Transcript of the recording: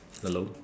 hello